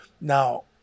Now